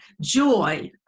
joy